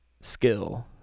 skill